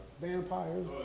vampires